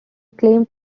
claimed